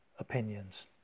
opinions